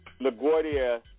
LaGuardia